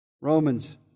Romans